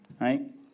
right